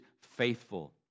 faithful